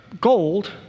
Gold